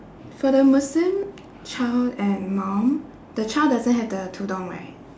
for the muslim child and mum the child doesn't have the tudung right